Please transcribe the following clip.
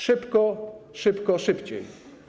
Szybko, szybko, szybciej.